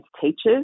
teachers